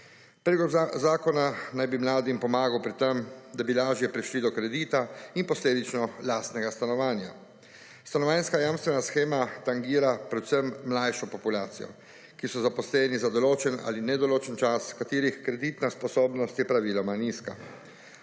Predlog zakona naj bi mladim pomagal pri tem, da bi lažje prišli do kredita in posledično lastnega stanovanja. Stanovanjska jamstvena shema tangira predvsem mlajšo populacijo, ki so zaposleni za določen ali nedoločen čas, katerih kreditna sposobnost je praviloma nizka.